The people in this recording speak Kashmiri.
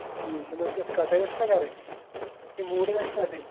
اَچھا ٹھیٖک یِمَن کیٛاہ اوس کَٹٲے ٲسکھا کَرٕنۍ کِنہٕ موٗلے ٲسۍ ژَٹٕنۍ